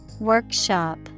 Workshop